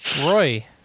Roy